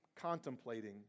contemplating